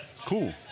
Cool